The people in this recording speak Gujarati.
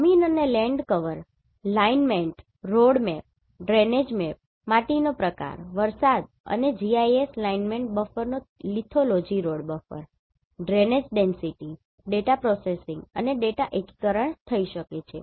જમીન અને land cover lineament road map drainage map માટીનો પ્રકાર વરસાદ અને GIS લાઈનમેન્ટ બફરનો lithology road buffer drainage density data processing અને ડેટા એકીકરણ થઈ શકે છે